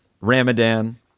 Ramadan